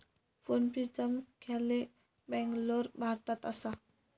फोनपेचा मुख्यालय बॅन्गलोर, भारतात असा